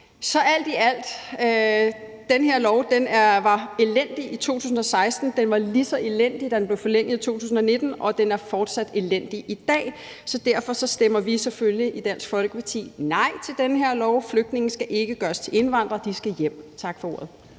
Så alt i alt var den her lov elendig i 2016, den var lige så elendig, da den blev forlænget i 2019, og den er fortsat elendig i dag. Derfor stemmer vi i Dansk Folkeparti selvfølgelig nej til det her lovforslag. Flygtninge skal ikke gøres til indvandrere, de skal hjem. Tak for ordet.